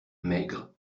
maigre